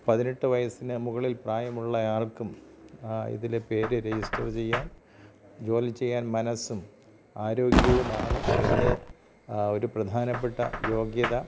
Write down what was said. പതിനെട്ട് വയസ്സിന് മുകളിൽ പ്രായമുള്ളയാൾക്കും ഇതിൽ പേര് രെജിസ്റ്റർ ചെയ്യാം ജോലി ചെയ്യാൻ മനസ്സും ആരോഗ്യവുമാണ് ഇതിലെ ഒരു പ്രധാനപ്പെട്ട യോഗ്യത